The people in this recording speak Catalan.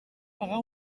pagar